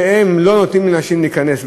שהם לא נותנים לנשים להיכנס,